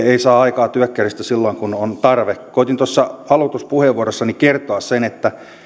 ei saa aikaa työkkäristä silloin kun on tarve koetin tuossa aloituspuheenvuorossani kertoa sen että